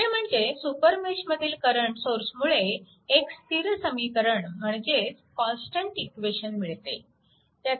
दुसरे म्हणजे सुपरमेश मधील करंट सोर्समुळे एक स्थिर समीकरण म्हणजेच कॉन्स्टन्ट इक्वेशन मिळते